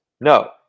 No